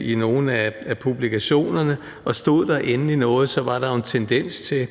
i nogen af publikationerne. Og stod der endelig noget, var der jo en tendens til,